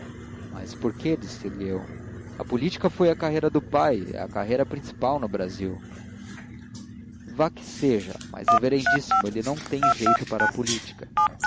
mas por quê disse-lhe eu a política foi a carreira do pai é a carreira principal no brasil vá que seja mas reverendíssimo ele não tem jeito para a política